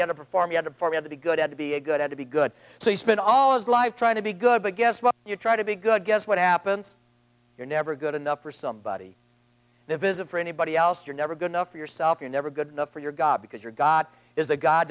yet to perform he had to have to be good at to be a good and to be good so he spent all his life trying to be good but guess what you try to be good guess what happens you're never good enough for somebody to visit for anybody else you're never good enough for yourself you're never good enough for your god because your god is the god